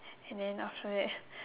and then after that